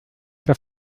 der